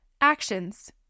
Actions